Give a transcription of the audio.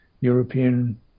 European